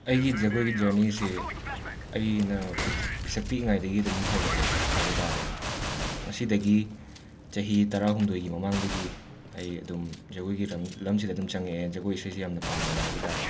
ꯑꯩꯒꯤ ꯖꯒꯣꯏꯒꯤ ꯖꯔꯅꯤꯁꯤ ꯑꯩꯅ ꯄꯤꯁꯛ ꯄꯤꯛꯏꯉꯥꯏꯗꯒꯤ ꯑꯗꯨꯝ ꯍꯧꯔꯛꯑꯦ ꯍꯥꯏꯕ ꯇꯥꯔꯦ ꯑꯗꯣ ꯉꯁꯤꯗꯒꯤ ꯆꯍꯤ ꯇꯔꯥꯍꯨꯝꯗꯣꯏꯒꯤ ꯃꯃꯥꯡꯗꯒꯤ ꯑꯩ ꯑꯗꯨꯝ ꯖꯒꯣꯏꯒꯤ ꯂꯝꯁꯤꯗ ꯑꯗꯨꯝ ꯆꯪꯉꯛꯑꯦ ꯖꯒꯣꯏ ꯏꯁꯩꯁꯤ ꯌꯥꯝꯅ ꯄꯥꯝꯃꯛꯑꯦ ꯍꯥꯏꯕ ꯇꯥꯔꯦ